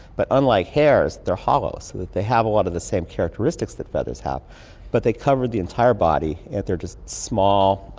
but unlike hairs they're hollow, so they have a lot of the same characteristics that feathers have but they covered the entire body, and they're just small.